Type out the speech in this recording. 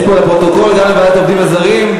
יש פה, לפרוטוקול, גם ועדת עובדים זרים.